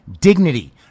dignity